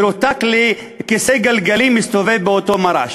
הוא מרותק לכיסא גלגלים, מסתובב באותו מר"ש.